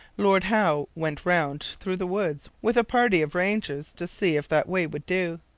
lord howe went round through the woods with a party of rangers to see if that way would do.